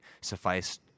suffice